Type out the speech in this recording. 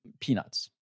peanuts